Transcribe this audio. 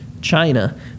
China